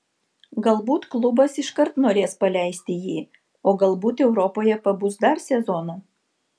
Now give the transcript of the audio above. galbūt klubas iškart norės paleisti jį o galbūt europoje pabus dar sezoną